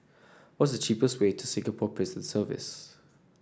what is the cheapest way to Singapore Prison Service